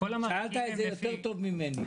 שאלת את זה יותר טוב ממני.